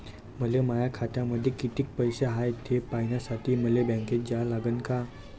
मले माया खात्यामंदी कितीक पैसा हाय थे पायन्यासाठी बँकेत जा लागनच का?